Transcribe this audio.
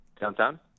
Downtown